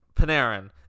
Panarin